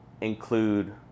include